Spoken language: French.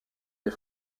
des